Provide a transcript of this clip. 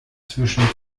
zwischen